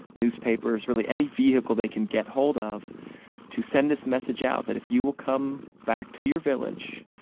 newspapers, really any vehicle they can get hold of to send this message out that if you will come back to your village,